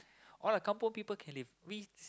all the kampung people can live we